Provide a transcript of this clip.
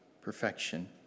Perfection